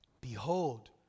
Behold